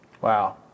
wow